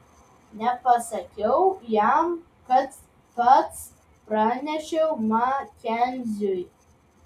nepasakiau jam kad pats pranešiau makenziui